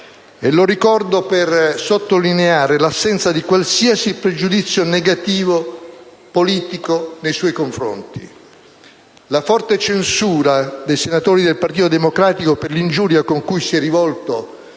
E lo ricordo per sottolineare l'assenza di qualsiasi pregiudizio negativo politico nei suoi confronti. La forte censura dei senatori del Partito Democratico per l'ingiuria con cui si è rivolto